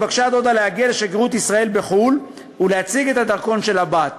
נתבקשה הדודה להגיע לשגרירות ישראל בחו"ל ולהציג את הדרכון של הבת.